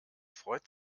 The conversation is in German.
freut